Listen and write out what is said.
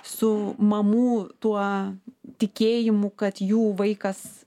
su mamų tuo tikėjimu kad jų vaikas